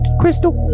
crystal